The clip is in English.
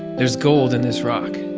there's gold in this rock.